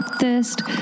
thirst